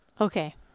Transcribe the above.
Okay